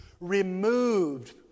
removed